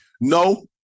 No